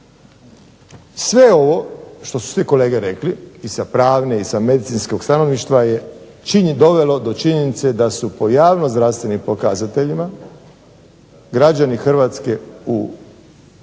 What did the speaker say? Sve ovo što su svi kolege rekli i sa pravnog i medicinskog stajališta je dovelo do činjenice da su po javnozdravstvenim pokazateljima građani Hrvatske prema